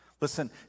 Listen